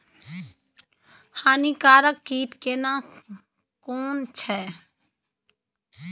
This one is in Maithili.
हानिकारक कीट केना कोन छै?